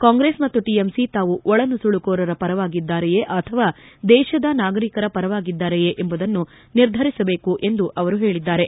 ಕಾಂಗ್ರೆಸ್ ಮತ್ತು ಟಎಂಸಿ ತಾವು ಒಳನುಸುಳುಕೋರರ ಪರವಾಗಿದ್ದಾರೆಯೇ ಅಥವಾ ದೇಶದ ನಾಗರಿಕರ ಪರವಾಗಿದ್ದಾರೆಯೇ ಎಂಬುದನ್ನು ನಿರ್ಧರಿಸಬೇಕು ಎಂದು ಅವರು ಹೇಳಿದ್ದಾರೆ